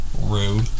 Rude